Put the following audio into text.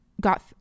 got